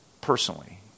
personally